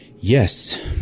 Yes